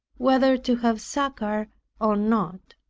whether to have succor or not.